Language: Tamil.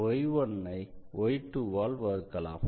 y1 ஐ y2 ஆல் வகுக்கலாம்